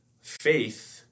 faith